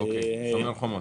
שומר חומות.